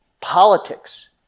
politics